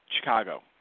Chicago –